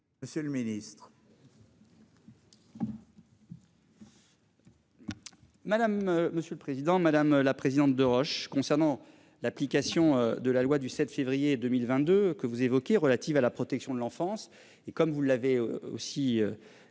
Monsieur le ministre.